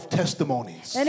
testimonies